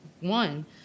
one